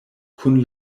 kun